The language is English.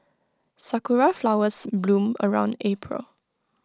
Sakura Flowers bloom around April